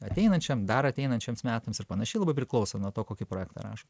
ateinančiam dar ateinančiems metams ir panašiai labai priklauso nuo to kokį projektą rašo